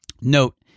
Note